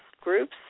groups